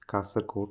Kasaragod